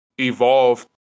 evolved